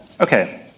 okay